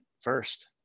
first